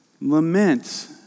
lament